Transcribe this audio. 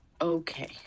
okay